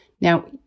Now